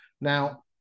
Now